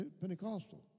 Pentecostal